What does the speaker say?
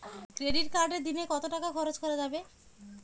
Credit কার্ডে দিনে কত টাকা খরচ করা যাবে?